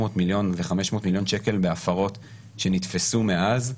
מיליון ו-500 מיליון שקל בהפרות שנתפסו מאז.